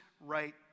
right